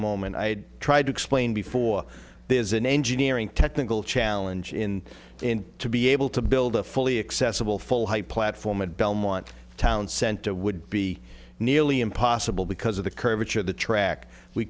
moment i tried to explain before there's an engineering technical challenge in and to be able to build a fully accessible full high platform at belmont town center would be nearly impossible because of the curvature of the track we